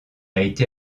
été